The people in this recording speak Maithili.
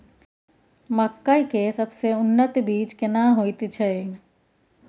मकई के सबसे उन्नत बीज केना होयत छै?